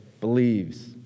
believes